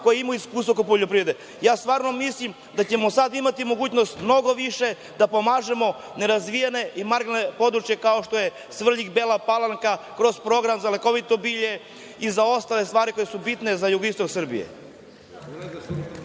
koje imaju iskustvo oko poljoprivrede. Stvarno mislim da ćemo sada imati mogućnosti mnogo više da pomažemo nerazvijena i marginalna područja, kao što su Svrljig i Bela Palanka, kroz program za lekovito bilje i za ostale stvari koje su bitne za jugoistok Srbije.